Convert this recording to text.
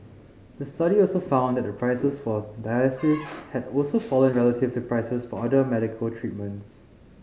the study also found that the prices for dialysis had also fallen relative to prices for other medical treatments